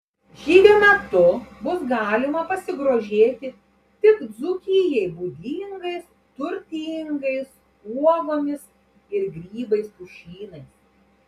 žygio metu bus galima pasigrožėti tik dzūkijai būdingais turtingais uogomis ir grybais pušynais